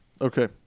Okay